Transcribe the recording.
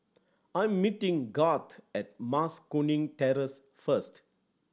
I am meeting Garth at Mas Kuning Terrace first